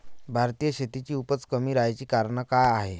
भारतीय शेतीची उपज कमी राहाची कारन का हाय?